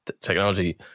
technology